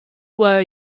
were